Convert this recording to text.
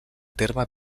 terme